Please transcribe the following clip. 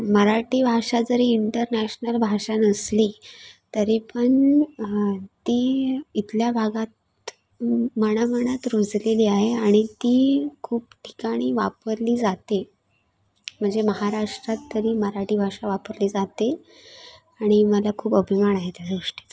मराठी भाषा जरी इंटरनॅशनल भाषा नसली तरी पण ती इथल्या भागात मनामनात रुजलेली आहे आणि ती खूप ठिकाणी वापरली जाते म्हणजे महाराष्ट्रात तरी मराठी भाषा वापरली जाते आणि मला खूप अभिमान आहे त्या गोष्टीचा